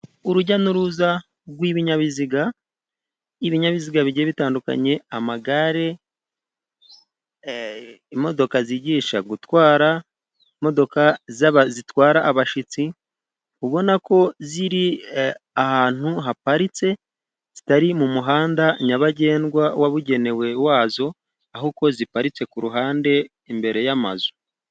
Urujya n'uruza rw'ibinyabiziga ,ibinyabiziga bigiye bitandukanye amagare, imodoka zigisha gutwara, imodoka zitwara abashyitsi ubonako ziri ahantu haparitse zitari mu muhanda nyabagendwa wabugenewe wazo, ahubwo ziparitse ku ruhande imbere y'amazu.